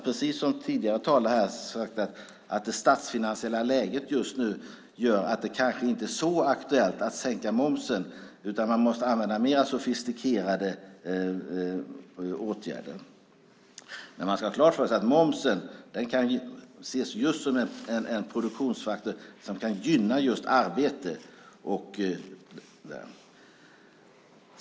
Precis som tidigare talare här sagt gör det statsfinansiella läget att det kanske inte är så aktuellt att sänka momsen, utan man måste använda mer sofistikerade åtgärder. Men man ska ha klart för sig att momsen kan ses som en produktionsfaktor som kan gynna just arbete.